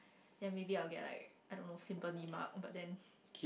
then maybe I will get like I don't know symphony mark but then